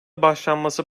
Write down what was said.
başlanması